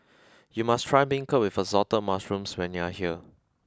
you must try Beancurd with Assorted Mushrooms when you are here